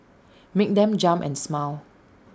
make them jump and smile